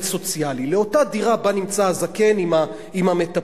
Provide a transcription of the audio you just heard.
סוציאלי לאותה דירה שבה נמצא הזקן עם המטפלת,